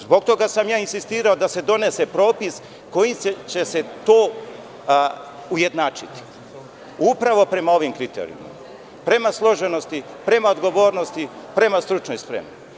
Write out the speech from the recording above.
Zbog toga sam insistirao da se donese propis kojim će se to ujednačiti, i to upravo prema ovim kriterijumima, prema složenosti, prema odgovornosti, prema stručnoj spremi.